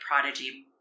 prodigy